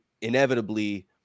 inevitably